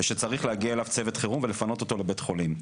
ושצריך להגיע אליו צוות חירום ולפנות אותו לבית החולים.